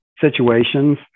situations